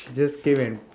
she just came and